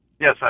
Yes